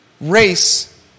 race